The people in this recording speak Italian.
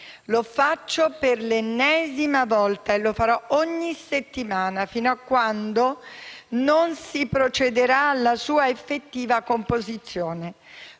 Lo faccio per l'ennesima volta, e lo farò ogni settimana fino quando non si procederà alla sua effettiva composizione.